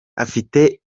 afite